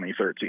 2013